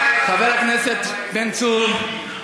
חבר הכנסת בן צור,